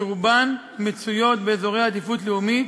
שרובן מצויות באזורי עדיפות לאומית,